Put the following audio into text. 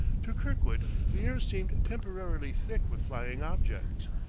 to kirkwood the air seemed temporarily thick with flying objects.